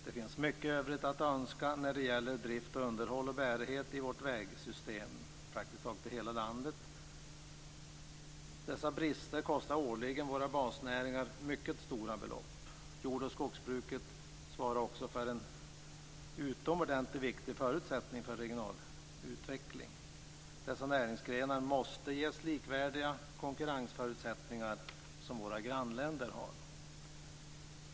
Det finns mycket övrigt att önska beträffande drift, underhåll och bärighet i vårt vägsystem, i praktiskt taget hela landet. Dessa brister kostar årligen våra basnäringar mycket stora belopp. Jord och skogsbruket är också en utomordentligt viktig förutsättning för regional utveckling. Dessa näringsgrenar måste ges konkurrensförutsättningar som är likvärdiga med våra grannländers.